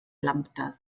lambda